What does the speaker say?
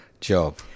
job